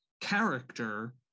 character